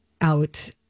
out